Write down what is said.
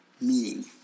meaning